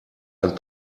ein